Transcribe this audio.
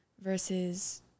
versus